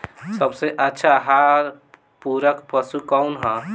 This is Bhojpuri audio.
सबसे अच्छा आहार पूरक पशु कौन ह?